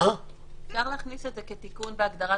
אפשר להכניס את זה כתיקון בהגדרת החוק.